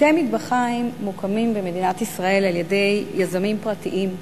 בתי-המטבחיים מוקמים במדינת ישראל על-ידי יזמים פרטיים,